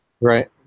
Right